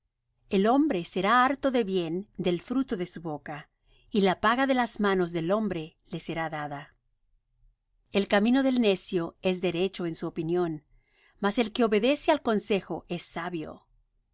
el hombre será harto de bien del fruto de su boca y la paga de las manos del hombre le será dada el camino del necio es derecho en su opinión mas el que obedece al consejo es sabio